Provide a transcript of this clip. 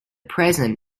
present